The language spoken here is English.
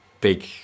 big